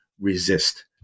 resist